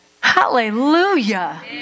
Hallelujah